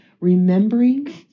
Remembering